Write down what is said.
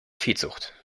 viehzucht